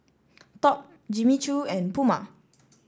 Top Jimmy Choo and Puma